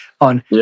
On